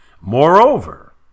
Moreover